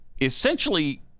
essentially